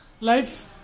Life